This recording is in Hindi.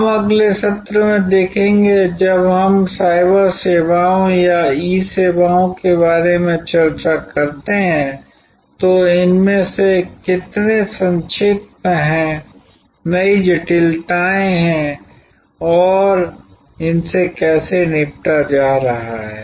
हम अगले सत्र में देखेंगे जब हम साइबर सेवाओं या ई सेवाओं के बारे में चर्चा करते हैं तो इनमें से कितने संक्षिप्त हैं नई जटिलताएं हैं और इनसे कैसे निपटा जा रहा है